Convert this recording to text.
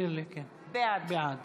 בעד